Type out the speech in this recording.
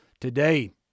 today